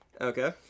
Okay